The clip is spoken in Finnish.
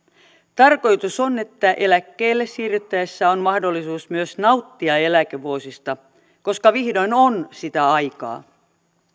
tarkoitus on että eläkkeelle siirryttäessä on mahdollisuus myös nauttia eläkevuosista koska vihdoin on sitä aikaa